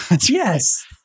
Yes